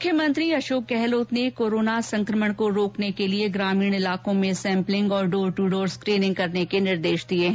मुख्यमंत्री अशोक गहलोत ने कोरोना संक्रमण को रोकने के लिए ग्रामीणों क्षेत्रों में सैम्पलिंग और डोट टू डोर स्कीनिंग करने के निर्देश दिए हैं